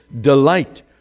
delight